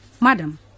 Madam